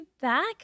back